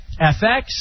FX